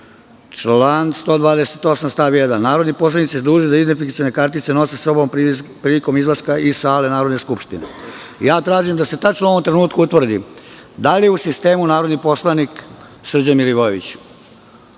stav 1: "Narodni poslanici dužni su da identifikacione kartice nose sa sobom prilikom izlaska iz sale Narodne skupštine".Ja tražim da se tačno u ovom trenutku utvrdi da li je u sistemu narodni poslanik Srđan Milivojević?